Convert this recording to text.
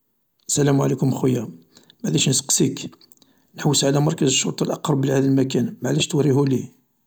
السلام عليكم خويا٫ معليش نسقسيك؟ نحوس على مركز الشرطة الاقرب لهذا المكان، معليش توريهولي؟